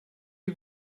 you